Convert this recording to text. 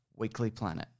weeklyplanet